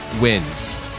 wins